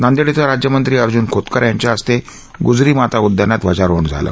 नांदेड इथं राज्य मंत्री अर्जुन खोतकर यांच्या हस्ते गुजरी माता उदयानात ध्वजारोहण झालं